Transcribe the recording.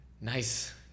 nice